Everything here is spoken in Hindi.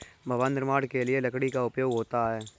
भवन निर्माण के लिए लकड़ी का उपयोग होता है